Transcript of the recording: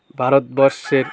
ভারতবর্ষের